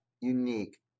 unique